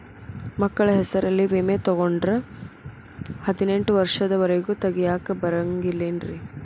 ಮಕ್ಕಳ ಹೆಸರಲ್ಲಿ ವಿಮೆ ತೊಗೊಂಡ್ರ ಹದಿನೆಂಟು ವರ್ಷದ ಒರೆಗೂ ತೆಗಿಯಾಕ ಬರಂಗಿಲ್ಲೇನ್ರಿ?